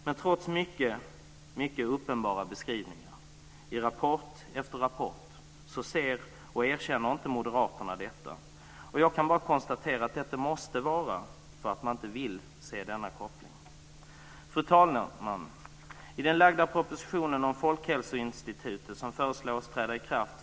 Men trots mycket, mycket uppenbara beskrivningar i rapport efter rapport ser inte och erkänner inte moderaterna detta, och jag kan bara konstatera att det måste vara för att man inte vill se denna koppling. Fru talman!